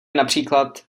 například